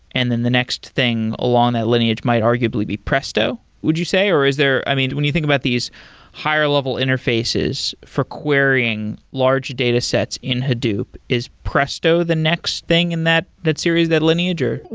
and then the next thing along that lineage might arguably be presto would you say, or is there i mean, when you think about these higher-level interfaces for querying large datasets in hadoop, is presto the next thing in that that series, that lineage? well,